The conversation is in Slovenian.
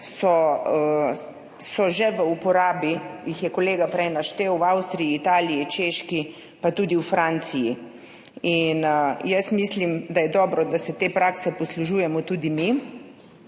so že v uporabi, jih je kolega prej naštel, v Avstriji, Italiji, na Češkem, pa tudi v Franciji. Jaz mislim, da je dobro, da se te prakse poslužujemo tudi mi,